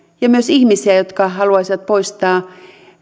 ja myös ihmisiä jotka haluaisivat poistaa